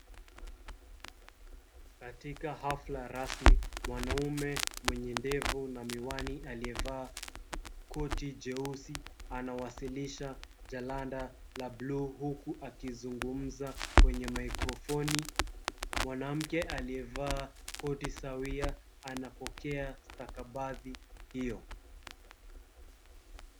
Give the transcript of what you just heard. Katika hafla rasmi, mwanamme mwenye ndevu na miwani aliyevaa koti jeusi anawasilisha jalanda la bluu huku akizungumza kwenye microphone . Mwanamke aliyevaa koti sawia anapokea stakabadhi hiyo.